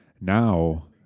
Now